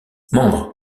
membres